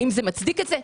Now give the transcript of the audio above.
האם זה מצדיק את זה?